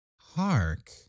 Hark